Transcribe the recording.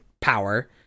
power